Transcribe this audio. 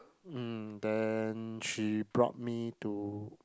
mm then she brought me to